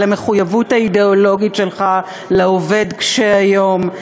על המחויבות האידיאולוגית שלך לעובד קשה-היום.